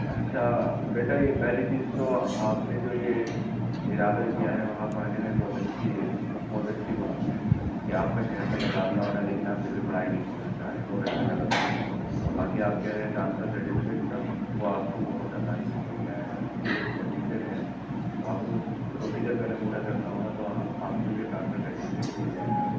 اچھا بیٹا یہ پہلی چیز تو آپ نے جو یہ ارادہ کیا ہے وہاں پڑھنے میں بہت اچھی بہت اچھی بات ہے کہ آپ کا شہر کا تبادلہ ہو رہا ہے لیکن آپ پھر بھی پڑھائی نہیں چھوڑنا چاہ رہے ہیں بہت اچھا لگا سُن کے اور باقی آپ کہہ رہے ہیں ٹرانسفر سرٹیفکیٹ کا وہ آپ کو بہت آسانی سے مل جائے گا اِس کے لیے ایک پروسیجر ہے تو آپ کو اُس پروسیجر پہلے پورا کرنا ہوگا تو ہاں آپ کو یہ ٹرانسفر سرٹیفکیٹ مل جائے گا